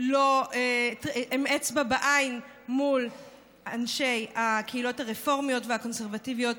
אצבע בעין מול אנשי הקהילות הרפורמיות והקונסרבטיביות.